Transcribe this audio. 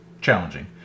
challenging